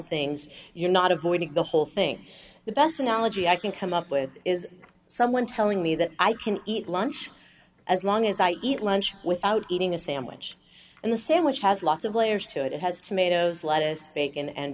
things you're not avoiding the whole thing the best analogy i can come up with is someone telling me that i can eat lunch as long as i eat lunch without eating a sandwich and the sandwich has lots of layers to it it has tomatoes lettuce bacon and